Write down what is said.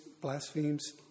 blasphemes